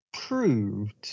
proved